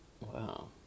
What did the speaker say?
Wow